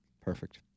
Perfect